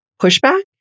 pushback